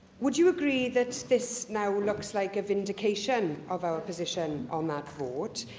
would you agree that this now looks like a vindication of our position on that vote?